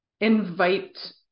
invite